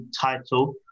title